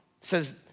says